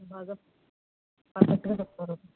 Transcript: మీరు బాగా పర్ఫెక్ట్గా చెప్తారు